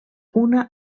una